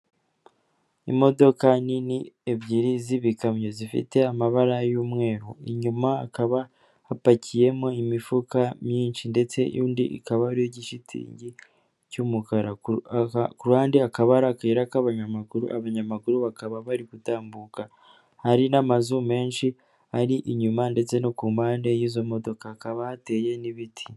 Imodoka nini ebyiri z'ibikamyo zifite amabara y'umweru, inyuma hakaba hapakiyemo imifuka myinshi ndetse undi ikaba ari igishitingi cy'umukara ndetse hakaba hari akayira k'abanyamaguru, abanyamaguru bakaba bari gutambuka, hari n'amazu menshi ari inyuma ndetse no ku mpande y'izo modoka hakaba hateye n'ibiti.